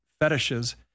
fetishes